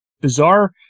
bizarre